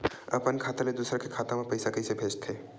अपन खाता ले दुसर के खाता मा पईसा कइसे भेजथे?